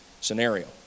scenario